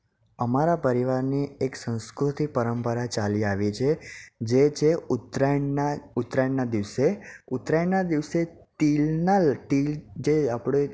અમારા પરિવારની એક સંસ્કૃતિ પરંપરા ચાલી આવી છે જે છે ઉત્તરાયણના ઉત્તરાયણના દિવસે ઉત્તરાયણના દિવસે તીલના તીલ જે આપણે